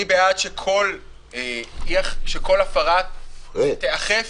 אני בעד שכל הפרה תיאכף,